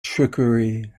trickery